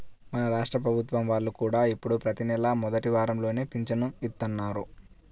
మన రాష్ట్ర ప్రభుత్వం వాళ్ళు కూడా ఇప్పుడు ప్రతి నెలా మొదటి వారంలోనే పింఛను ఇత్తన్నారు